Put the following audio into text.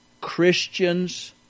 Christians